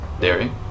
dairy